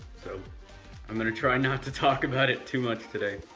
so i'm gonna try not to talk about it too much today.